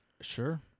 Sure